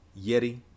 Yeti